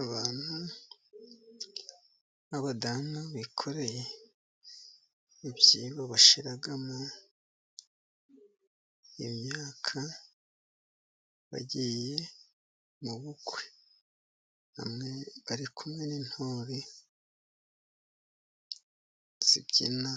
Abantu nk'abamu bikoreye ibyibo bashyiramo imyaka bagiye mu bukwe, bari kumwe n'intore zibyina